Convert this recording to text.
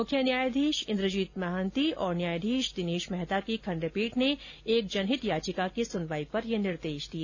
मुख्य न्यायाधीश इंद्रजीत महांति और न्यायाधीश दिनेश मेहता की खंडपीठ ने एक जनहित याचिका की सुनवाई पर ये निर्देश दिए